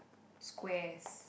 squares